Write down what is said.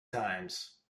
times